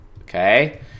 Okay